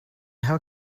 how